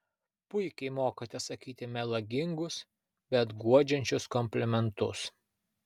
puikiai mokate sakyti melagingus bet guodžiančius komplimentus